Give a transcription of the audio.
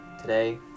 today